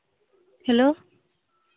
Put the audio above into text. hello